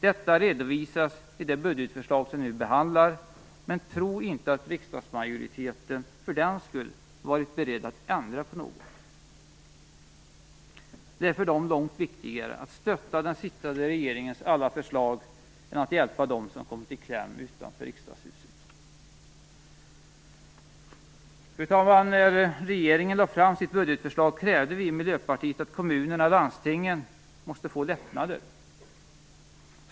Detta redovisas i det budgetförslag som vi nu behandlar - men tro inte att riksdagsmajoriteten för den skull varit beredd att ändra på något! Det är för dem långt viktigare att stötta den sittande regeringens alla förslag, än att hjälpa dem som kommit i kläm utanför Riksdagshuset. Fru talman! När regeringen lade fram sitt budgetförslag krävde vi i Miljöpartiet att kommunerna och landstingen måste få lättnader.